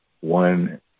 one